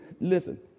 listen